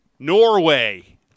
Norway